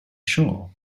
sure